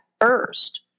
first